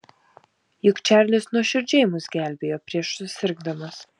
juk čarlis nuoširdžiai mus gelbėjo prieš susirgdamas